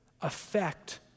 affect